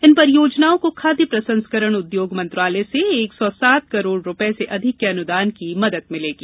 इन परियोजनाओं को खाद्य प्रसंस्करण उद्योग मंत्रालय से एक सौ सात करोड़ रुपये से अधिक के अनुदान की मदद मिलेगी